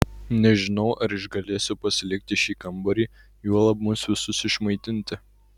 nežinau ar išgalėsiu pasilikti šį kambarį juolab mus visus išmaitinti